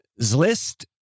Zlist